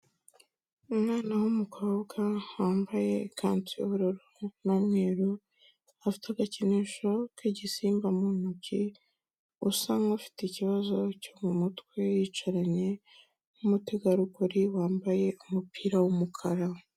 Umwana w'umukobwa, wambaye ikanzu y'ubururru n'umweru, afite agakinisho k'igisimba mu ntoki, usa nk'ufite ikibazo cyo mu mutwe, yicaranye n'umutegarugori wambaye umupira w'umukara.